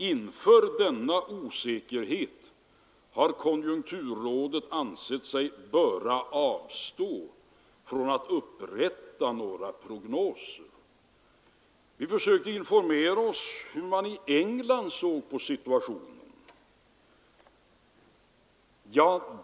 Inför denna osäkerhet har konjunkturrådet ansett sig böra avstå från att upprätta några prognoser. Vi försökte informera oss om hur man i England såg på situationen.